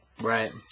Right